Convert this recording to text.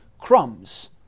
crumbs